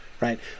right